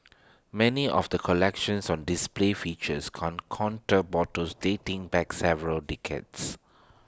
many of the collections on display features can contour bottles dating back several decades